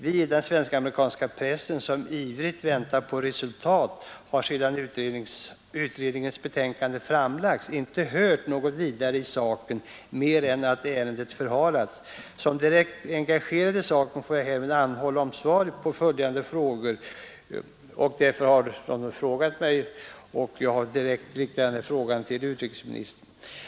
Vi i den svenskamerikanska pressen, som ivrigt väntar på resultat, har sedan utredningens betänkande framlagts inte hört något vidare i saken, mer än att ärendet förhalats. Som direkt engagerad i saken får jag härmed anhålla om svar på följande frågor.” Därefter kommer några frågor, som jag har direkt vidarebefordrat till utrikesministern.